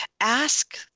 ask